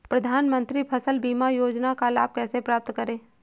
प्रधानमंत्री फसल बीमा योजना का लाभ कैसे प्राप्त करें?